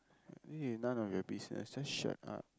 this is none of your business just shut up